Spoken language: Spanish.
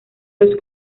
los